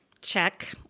Check